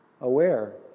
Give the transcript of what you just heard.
aware